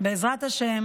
בעזרת השם,